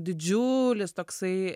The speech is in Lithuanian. didžiulis toksai